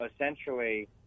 essentially